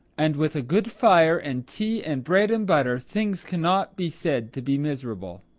and with a good fire, and tea and bread and butter, things cannot be said to be miserable.